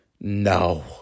no